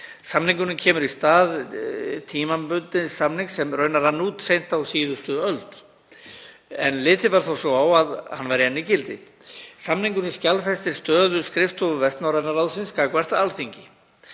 Samningurinn kemur í stað tímabundins samnings sem raunar rann út seint á síðustu öld en litið var svo á að hann væri enn í gildi. Samningurinn skjalfestir stöðu skrifstofu Vestnorræna ráðsins gagnvart Alþingi.